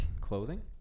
Clothing